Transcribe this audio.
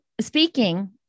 speaking